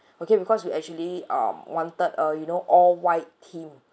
okay because we actually um wanted uh you know all white theme